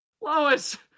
Lois